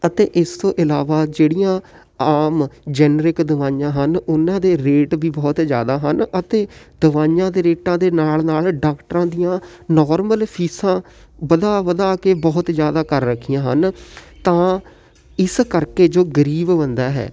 ਅਤੇ ਇਸ ਤੋਂ ਇਲਾਵਾ ਜਿਹੜੀਆਂ ਆਮ ਜੈਨੇਰਿਕ ਦਵਾਈਆਂ ਹਨ ਉਹਨਾਂ ਦੇ ਰੇਟ ਵੀ ਬਹੁਤ ਜ਼ਿਆਦਾ ਹਨ ਅਤੇ ਦਵਾਈਆਂ ਦੇ ਰੇਟਾਂ ਦੇ ਨਾਲ਼ ਨਾਲ਼ ਡਾਕਟਰਾਂ ਦੀਆਂ ਨੋਰਮਲ ਫੀਸਾਂ ਵਧਾ ਵਧਾ ਕੇ ਬਹੁਤ ਜ਼ਿਆਦਾ ਕਰ ਰੱਖੀਆਂ ਹਨ ਤਾਂ ਇਸ ਕਰਕੇ ਜੋ ਗਰੀਬ ਬੰਦਾ ਹੈ